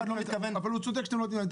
אבל הוא צודק שאתם לא נותנים,